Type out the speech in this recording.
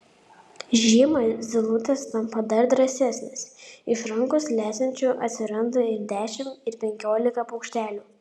žiemą zylutės tampa dar drąsesnės iš rankos lesančių atsiranda ir dešimt ir penkiolika paukštelių